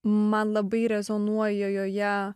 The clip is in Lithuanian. man labai rezonuoja joje